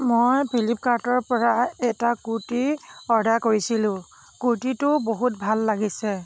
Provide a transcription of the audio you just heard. মই ফিলিপকাৰ্টৰ পৰা এটা কুৰ্তি অৰ্ডাৰ কৰিছিলোঁ কুৰ্তিটো বহুত ভাল লাগিছে